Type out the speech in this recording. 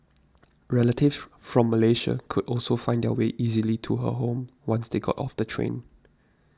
relatives from Malaysia could also find their way easily to her home once they got off the train